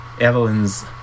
Evelyn's